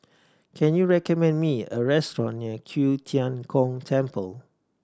can you recommend me a restaurant near Q Tian Gong Temple